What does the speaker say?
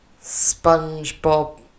SpongeBob